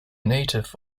native